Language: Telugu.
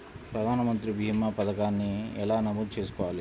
ప్రధాన మంత్రి భీమా పతకాన్ని ఎలా నమోదు చేసుకోవాలి?